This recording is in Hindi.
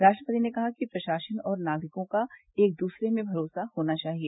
राष्ट्रपति ने कहा कि प्रशासन और नागरिकों का एक दूसरे में भरोसा होना चाहिए